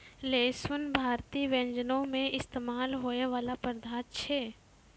लहसुन भारतीय व्यंजनो मे इस्तेमाल होय बाला पदार्थ छै